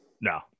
No